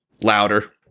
louder